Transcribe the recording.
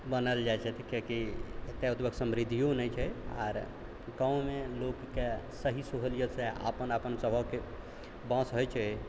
बनल जाइ छै कियाकि एतऽ ओतबा समृद्धिओ नहि छै आओर गाँवमे लोकके सही सहूलियतसँ अपन अपन स्वभावके बाँस होइ छै